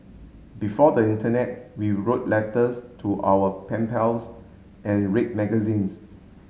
before the Internet we wrote letters to our pen pals and read magazines